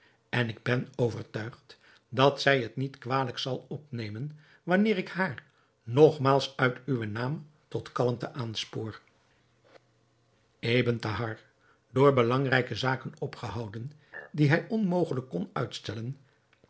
en ik ben overtuigd dat zij het niet kwalijk zal opnemen wanneer ik haar nogmaals uit uwen naam tot kalmte aanspoor ebn thahar door belangrijke zaken opgehouden die hij onmogelijk kon uitstellen